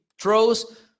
throws